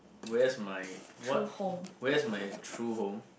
where's my what where's my true home